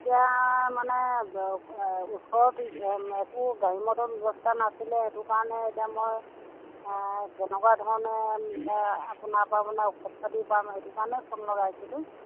এতিয়া মানে ওচৰতো একো গাড়ী মটৰ ব্যৱস্থা নাছিলে সেইটো কাৰণে এতিয়া মই কেনেকুৱা ধৰণে আপোনাৰ পৰা ঔষধ পাতি পাম সেইটো কাৰণে ফোন লগাইছিলোঁ